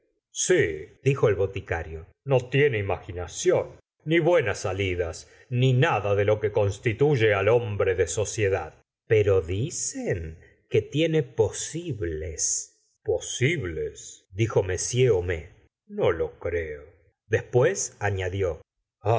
si dijo el boticario no tiene imaginación ni buenas salidas ni nada de lo que constituye al hombre de sociedad pero dicen que tiene posibles posibles dijo m homais no lo creo después añadió